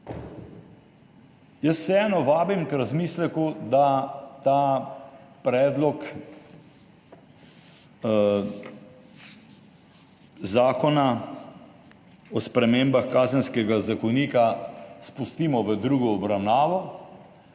Vseeno vabim k razmisleku, da Predlog zakona o spremembah Kazenskega zakonika spustimo v drugo obravnavo,